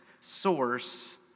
source